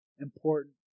important